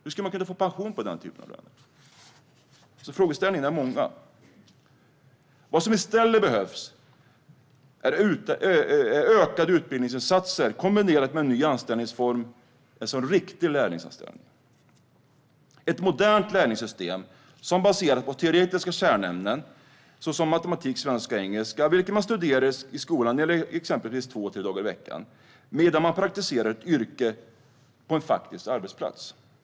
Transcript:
Hur ska man kunna få en pension genom den typen av lön? Frågeställningarna är alltså många. Vad som i stället behövs är ökade utbildningsinsatser kombinerade med en ny anställningsform - en riktig lärlingsanställning. Det handlar om ett modernt lärlingssystem som baseras på teoretiska kärnämnen, såsom matematik, svenska och engelska, vilka man studerar i skolan exempelvis två tre dagar i veckan, och sedan praktiserar man ett yrke på en faktisk arbetsplats resten av veckan.